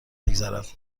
بگذرد